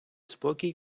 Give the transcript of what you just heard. спокій